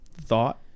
thought